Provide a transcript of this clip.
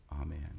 Amen